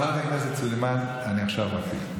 חברת הכנסת סלימאן, אני מתחיל עכשיו.